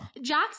Jax